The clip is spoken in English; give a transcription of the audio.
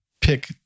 pick